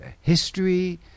history